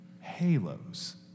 Halos